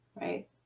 Right